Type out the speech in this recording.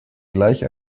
gleich